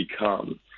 become